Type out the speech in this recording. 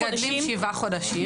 מגדלים שבעה חודשים.